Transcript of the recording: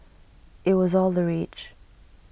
IT was all the rage